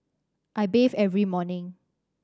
I bathe every morning